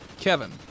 Kevin